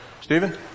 Stephen